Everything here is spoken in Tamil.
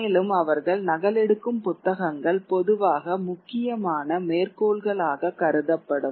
மேலும் அவர்கள் நகலெடுக்கும் புத்தகங்கள் பொதுவாக முக்கியமான மேற்கோள்களாக கருதப்படும்